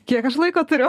kiek aš laiko turiu